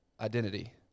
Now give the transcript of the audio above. identity